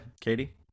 katie